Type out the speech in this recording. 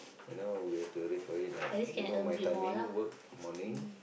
you know we have to arrange for it like you know my timing work morning